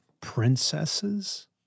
princesses